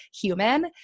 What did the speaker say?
human